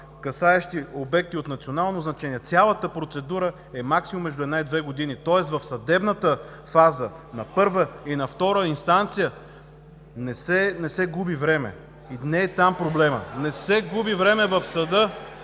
касаещи обекти от национално значение, цялата процедура е максимум между една и две години. Тоест в съдебната фаза на първа и на втора инстанция не се губи време и не е там проблемът. Не се губи време в съда!